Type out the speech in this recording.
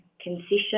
concession